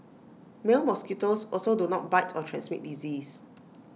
male mosquitoes also do not bite or transmit disease